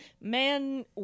man